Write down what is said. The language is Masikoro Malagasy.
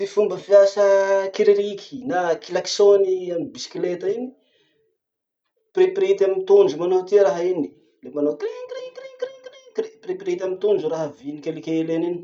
Ty fomba fiasa kiririky na kilakisony amy bisikileta iny: piripirity amy tondro manao ho tia raha iny, le manao krin krin krin krin krin krin. Piripirity amy tondro raha viny kelikely eny iny.